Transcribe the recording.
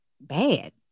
bad